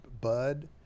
bud